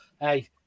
hey